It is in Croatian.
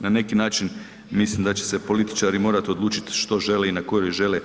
Na neki način mislim da će se političari morati odlučiti što žele i na kojoj žele